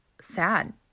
sad